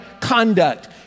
conduct